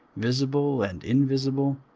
visible and invisible,